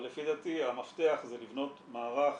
אבל לפי דעתי המפתח זה לבנות מערך